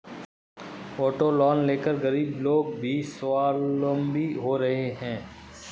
auto loan लेकर गरीब लोग भी स्वावलम्बी हो रहे हैं